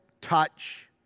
touch